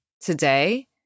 today